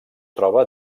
troba